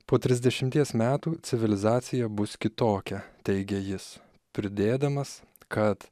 po trisdešimties metų civilizacija bus kitokia teigė jis pridėdamas kad